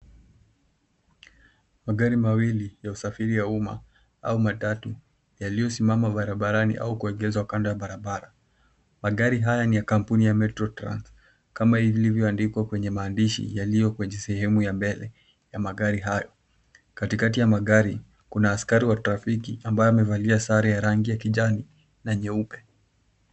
Magari mawili ya usafiri wa umma au matatu, yaliyosimama barabarani au kuegezwa kando ya barabara. Magari haya ni ya kampuni ya Metrotrans, kama ilivyoandikwa kwenye maandishi yaliyo kwenye sehemu ya mbele ya magari hayo. Katikati ya magari, kuna askari wa trafiki ambaye amevalia sare ya kijani na nyeupe.